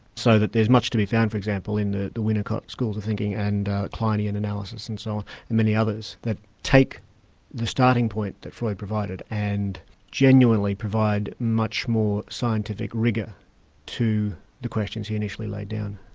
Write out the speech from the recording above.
so that there's much to be found for example, in the the winnicott schools of thinking and kleinian analysis and so on, and many others that take the starting point that freud provided and genuinely provide much more scientific rigour to the questions he initially laid down.